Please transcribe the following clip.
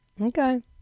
okay